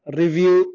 review